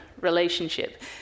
relationship